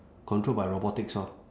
controlled by robotics orh